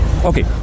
Okay